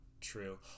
true